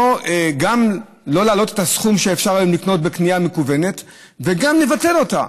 גם לא להעלות את הסכום שאפשר היום לקנות בקנייה מקוונת וגם לבטל אותה.